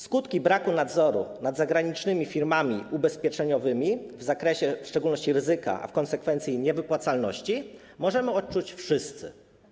Skutki braku nadzoru nad zagranicznymi firmami ubezpieczeniowymi, w szczególności w zakresie ryzyka, a w konsekwencji - niewypłacalności, możemy odczuć wszyscy.